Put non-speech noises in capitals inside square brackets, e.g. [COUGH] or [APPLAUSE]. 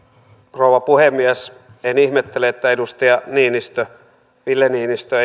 rouva puhemies en ihmettele että edustaja ville niinistö [UNINTELLIGIBLE]